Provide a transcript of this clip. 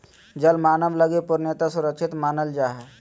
जल मानव लगी पूर्णतया सुरक्षित मानल जा हइ